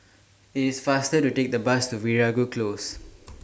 IT IS faster to Take The Bus to Veeragoo Close